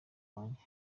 wanjye